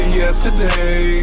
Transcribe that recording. yesterday